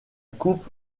coupe